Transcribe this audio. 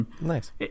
Nice